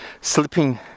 slipping